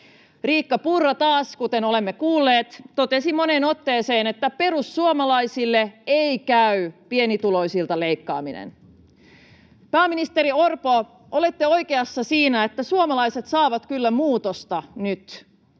Riikka Purra taas, kuten olemme kuulleet, totesi moneen otteeseen, että perussuomalaisille ei käy pienituloisilta leikkaaminen. Pääministeri Orpo, olette oikeassa siinä, että suomalaiset saavat kyllä muutosta nyt,